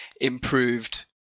improved